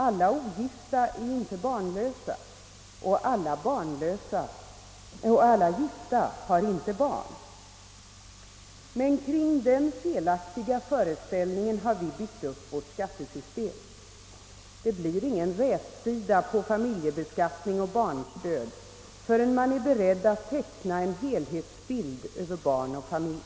Alla ogifta är inte barnlösa och alla gifta har inte barn. Men kring den felaktiga föreställningen har vi byggt upp vårt skattesystem. Det blir ingen rätsida på familjebeskattning och barnstöd förrän man är beredd att teckna en helhetsbild av barn och familj.